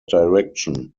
direction